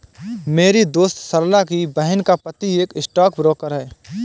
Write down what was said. मेरी दोस्त सरला की बहन का पति एक स्टॉक ब्रोकर है